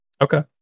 Okay